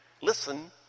Listen